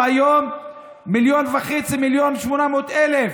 אנחנו היום מיליון וחצי, מיליון ו-800,000.